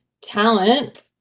Talent